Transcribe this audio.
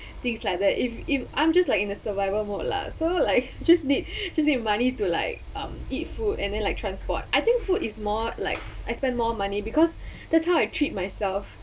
things like that if if I'm just like in a survival mode lah so like just need just need money to like um eat food and then like transport I think food is more like I spend more money because that's how I treat myself